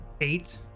Eight